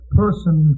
person